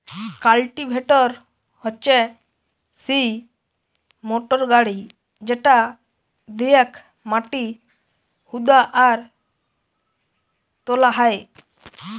cultivator হচ্যে সিই motor গাড়ি যেটা দিয়েক মাটি হুদা আর তোলা হয়